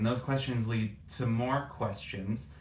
those questions lead to more questions.